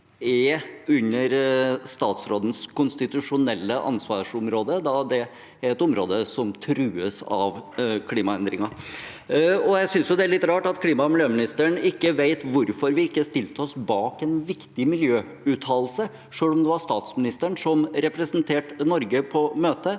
er under statsrådens konstitusjonelle ansvarsområde, da det er et område som trues av klimaendringene. Jeg synes det er litt rart at klima- og miljøministeren ikke vet hvorfor vi ikke stilte oss bak en viktig miljøuttalelse, selv om det var statsministeren som representerte Norge på møtet.